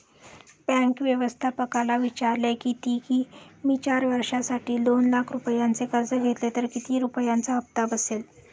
bank व्यवस्थापकाला विचारले किती की, मी चार वर्षांसाठी दोन लाख रुपयांचे कर्ज घेतले तर किती रुपयांचा हप्ता बसेल